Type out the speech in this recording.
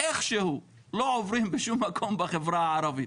איכשהו לא עוברים בשום מקום בחברה הערבית.